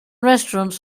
restaurants